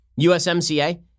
USMCA